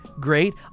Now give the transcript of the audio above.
great